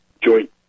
Joint